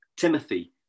Timothy